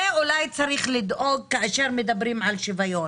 לזה אולי צריך לדאוג כאשר מדברים על שוויון.